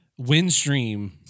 Windstream